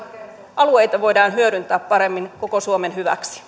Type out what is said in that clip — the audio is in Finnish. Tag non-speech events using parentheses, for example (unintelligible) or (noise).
alueita voidaan hyödyntää paremmin koko suomen hyväksi (unintelligible)